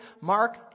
Mark